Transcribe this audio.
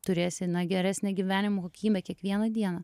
turėsi na geresnę gyvenimo kokybę kiekvieną dieną